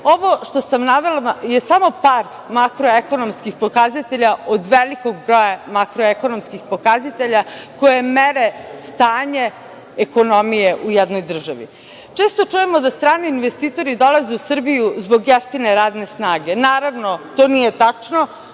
što sam navela je samo par makroekonomskih pokazatelja od velikog broja makroekonomskih pokazatelja koja mere stanje ekonomije u jednoj državi. Često čujemo da strani investitori dolaze u Srbiju zbog jeftine radne snage. Naravno, to nije tačno.